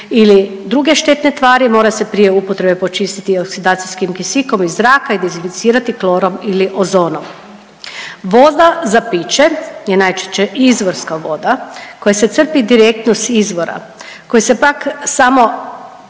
ili druge štetne tvari mora se prije upotrebe počistiti oksidacijskim kisikom iz zraka i dezinficirati klorom ili oznom. Voda za piće je najčešće izvorska voda koja se crpi direktno s izvora koje se pak samo